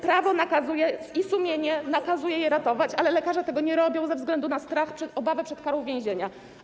Prawo i sumienie nakazuje je ratować, ale lekarze tego nie robią ze względu na strach, obawę przed karą więzienia.